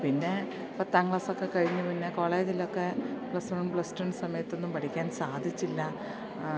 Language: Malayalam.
പിന്നെ പത്താം ക്ലാസ്സ് ഒക്കെ കഴിഞ്ഞ് പിന്നെ കോളേജിലൊക്കെ പ്ലസ് വണ്ണും പ്ലസ്ടുൻ്റെ സമയത്തൊന്നും പഠിക്കാൻ സാധിച്ചില്ല